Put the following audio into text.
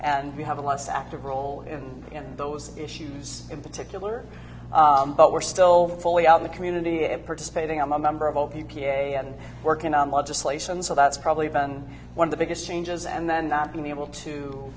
and we have a less active role in those issues in particular but we're still fully out in the community of participating i'm a member of all p p a and working on legislation so that's probably been one of the biggest changes and then not being able